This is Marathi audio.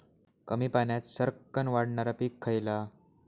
कमी पाण्यात सरक्कन वाढणारा पीक खयला?